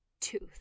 tooth